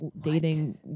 dating